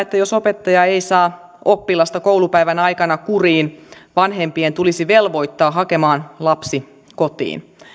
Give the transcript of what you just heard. että jos opettaja ei saa oppilasta koulupäivän aikana kuriin vanhemmat tulisi velvoittaa hakemaan lapsi kotiin